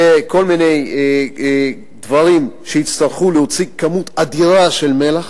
וכל מיני דברים שיצטרכו להוציא כמות אדירה של מלח.